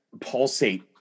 pulsate